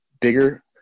bigger